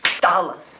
Dollars